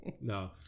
No